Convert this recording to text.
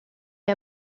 est